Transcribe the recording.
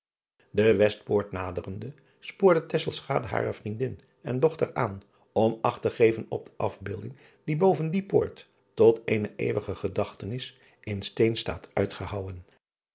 e estpoort naderende spoorde hare vriendin en dochter aan om acht te geven op de afbeelding die boven die poort tot eene eeuwige gedachtenis in steen staat uitgehouwen